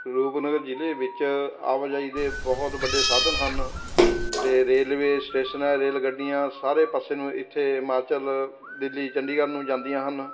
ਰੂਪਨਗਰ ਜ਼ਿਲ੍ਹੇ ਵਿੱਚ ਆਵਾਜਾਈ ਦੇ ਬਹੁਤ ਵੱਡੇ ਸਾਧਨ ਹਨ ਅਤੇ ਰੇਲਵੇ ਸਟੇਸ਼ਨ ਰੇਲ ਗੱਡੀਆਂ ਸਾਰੇ ਪਾਸੇ ਨੂੰ ਇੱਥੇ ਹਿਮਾਚਲ ਦਿੱਲੀ ਚੰਡੀਗੜ੍ਹ ਨੂੰ ਜਾਂਦੀਆਂ ਹਨ